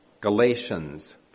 Galatians